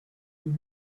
you